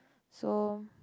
so